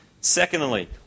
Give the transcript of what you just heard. Secondly